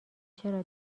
چرا